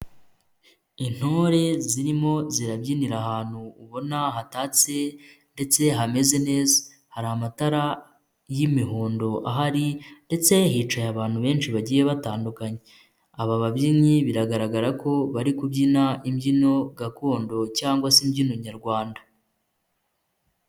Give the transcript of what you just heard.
Intore zirimo zirabyinira ahantu ubona hatatse ndetse hameze neza, hari amatara y'imihondo ahari ndetse hicaye abantu benshi bagiye batandukanye, aba babyinnyi biragaragara ko bari kubyina imbyino gakondo cyangwa se imbyino nyarwanda.